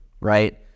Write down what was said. right